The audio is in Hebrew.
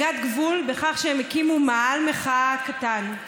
או לפחות לא טען להסגת גבול בכך שהם הקימו מאהל מחאה קטן.